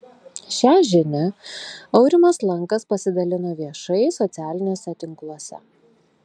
šią žinią aurimas lankas pasidalino viešai socialiniuose tinkluose